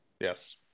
yes